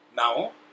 Now